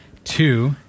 two